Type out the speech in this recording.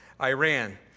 Iran